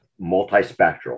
multispectral